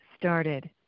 started